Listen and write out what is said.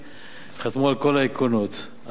חתמו על כל העקרונות, אך דא עקא,